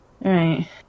Right